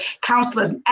counselors